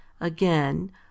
Again